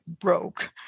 broke